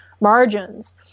margins